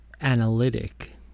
analytic